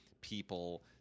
people